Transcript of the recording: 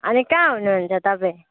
अनि कहाँ हुनुहुन्छ तपाईँ